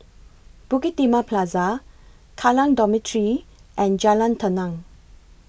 Bukit Timah Plaza Kallang Dormitory and Jalan Tenang